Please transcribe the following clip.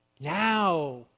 Now